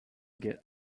get